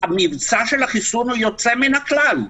המבצע של החיסון הוא יוצא מן הכלל,